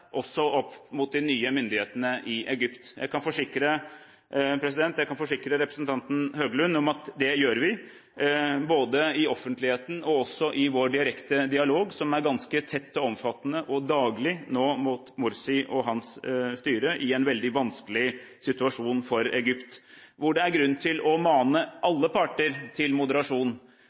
opp mot de nye myndighetene i Egypt. Jeg kan forsikre representanten Høglund om at det gjør vi, både i offentligheten og i vår direkte dialog, som nå er ganske tett, omfattende og daglig mot Mursi og hans styre. Dette er en veldig vanskelig situasjon for Egypt, og det er grunn til å mane alle parter til moderasjon,